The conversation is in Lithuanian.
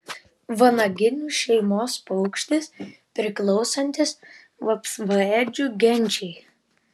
vanaginių šeimos paukštis priklausantis vapsvaėdžių genčiai